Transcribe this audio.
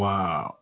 Wow